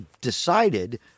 decided